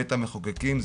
בית המחוקקים,